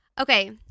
Okay